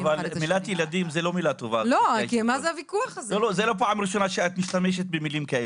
ולא כפי שהוצע עד כה